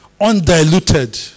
undiluted